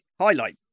highlight